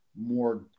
more